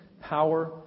power